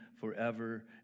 Forever